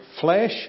flesh